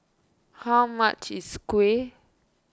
how much is Kuih